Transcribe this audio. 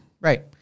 Right